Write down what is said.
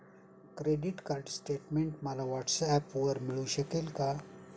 Credit card statement मला व्हॉट्सऍपवर मिळू शकेल का?